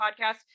Podcast